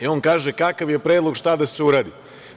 On kaže - kakav je predlog, šta da se uradi?